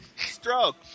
Stroke